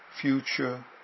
future